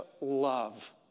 love